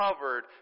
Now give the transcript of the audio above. covered